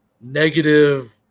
negative